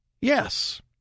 yes